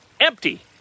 Empty